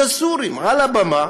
הסורים לא התביישו להגיד על הבמה